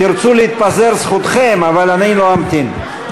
תרצו להתפזר, זכותכם, אבל אני לא אמתין.